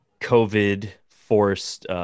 COVID-forced